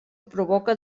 provoca